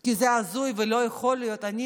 כי זה הזוי ולא יכול להיות, אני